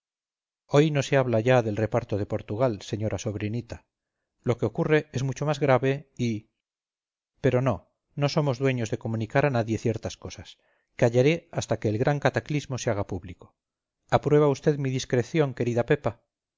hoy no se habla ya del reparto de portugal señora sobrinita lo que ocurre es mucho más grave y pero no no somos dueños de comunicar a nadie ciertas cosas callaré hasta que el gran cataclismo se haga público aprueba vd mi discreción querida pepa